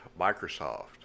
Microsoft